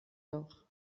doch